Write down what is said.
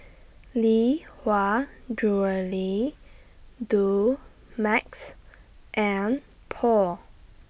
Lee Hwa Jewellery Dumex and Paul